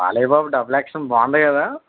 Balayya Babu double action బాగుంది కదా